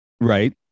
Right